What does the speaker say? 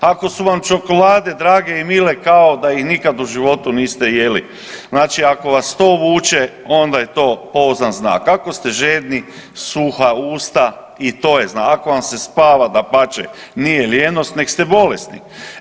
Ako su vam čokolade drage i mile kao da ih nikad u životu niste jeli, znači ako vas to vuče onda je to pouzdan znak, ako ste žedni, suha usta i to je znak, ako vam se spava dapače nije lijenost neg ste bolesni.